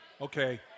okay